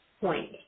point